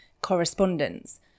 correspondence